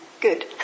good